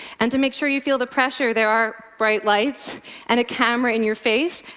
and to make sure you feel the pressure, there are bright lights and a camera in your face,